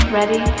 Ready